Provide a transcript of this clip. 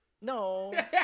No